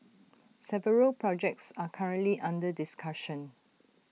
several projects are currently under discussion